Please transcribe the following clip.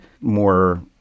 more